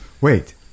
Wait